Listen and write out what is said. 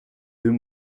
deux